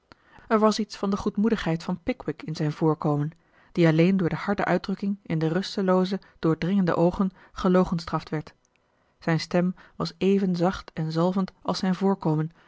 er was iets van de goedmoedigheid van pickwick in zijn voorkomen die alleen door de harde uitdrukking in de rustelooze doordringende oogen gelogenstraft werd zijn stem was even zacht en zalvend als zijn voorkomen